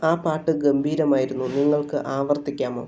ആ പാട്ട് ഗംഭീരമായിരുന്നു നിങ്ങൾക്ക് ആവർത്തിക്കാമോ